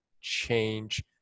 change